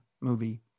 movie